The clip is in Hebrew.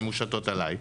הן מושתות עלי.